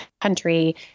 country